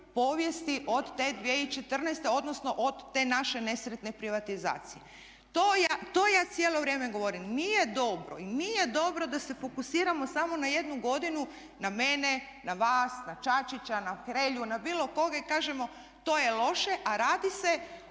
povijesti od te 2014. odnosno od te naše nesretne privatizacije. To ja cijelo vrijeme govorim. Nije dobro i nije dobro da se fokusiramo samo na jednu godinu na mene, na vas, na Čačića, na Hrelju, na bilo koga i kažemo to je loše, a radi se